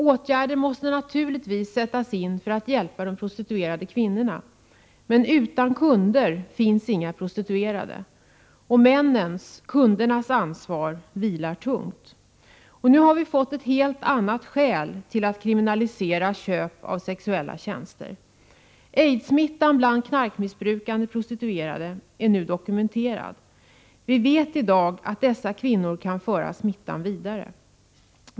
Åtgärder måste naturligtvis sättas in för att hjälpa de prostituerade kvinnorna, men utan kunder finns inga prostituerade. Männens, kundernas, ansvar är tungt. Nu har vi fått en helt annat skäl att kriminalisera köp av sexuella tjänster. AIDS-smittan bland knarkmissbrukande prostituerade är nu dokumenterad. Vi vet i dag att dessa kvinnor kan föra smittan vidare.